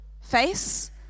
face